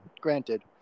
granted